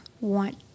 want